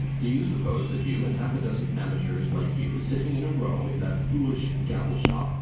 do you suppose that you and half a dozen amateurs like you, sitting in a row in that foolish gabble shop,